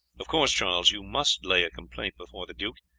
of course, charles, you must lay a complaint before the duke,